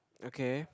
okay